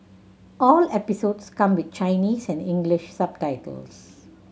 all episodes come with Chinese and English subtitles